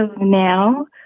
now